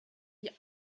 die